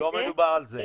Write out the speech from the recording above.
לא מדובר על זה.